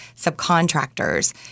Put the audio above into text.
subcontractors